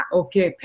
okay